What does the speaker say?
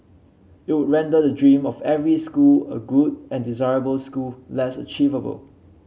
it would render the dream of every school a good and desirable school less achievable